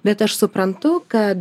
bet aš suprantu kad